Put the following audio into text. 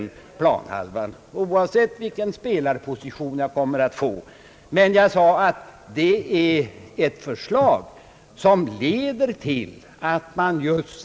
Jag sade emellertid att det förslag som här tagits upp leder till att skatten sänks för de låga inkomsttagarna men att konsekvensen blir att vi måste mobilisera upp mycket pengar på den statliga sidan för att kompensera kommunerna.